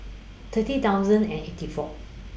thirty thousand and eighty four